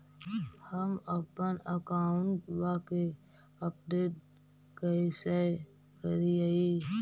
हमपन अकाउंट वा के अपडेट कैसै करिअई?